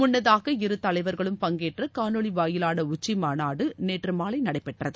முன்னதாக இரு தலைவர்களும் பங்கேற்ற காணொலி வாயிவாள உச்சி மாநாடு நேற்று மாலை நடைபெற்றது